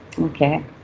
Okay